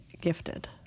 gifted